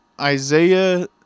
Isaiah